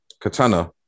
katana